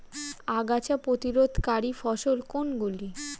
আগাছা প্রতিরোধকারী ফসল কোনগুলি?